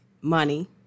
money